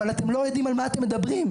אבל אתם לא יודעים על מה אתם מדברים.